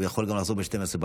הוא יכול גם לעזור ב-24:00,